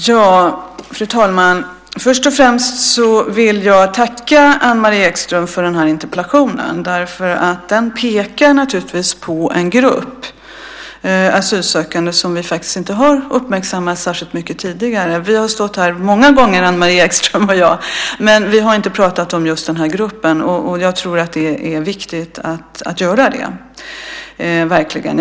Fru talman! Först och främst vill jag tacka Anne-Marie Ekström för den här interpellationen. Den pekar på en grupp asylsökande som vi faktiskt inte har uppmärksammat särskilt mycket tidigare. Vi har stått här många gånger, Anne-Marie Ekström och jag, men vi har inte pratat om just den här gruppen. Jag tror att det är viktigt att göra det - verkligen!